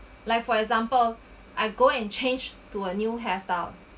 like for example I go and change to a new hairstyle